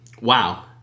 Wow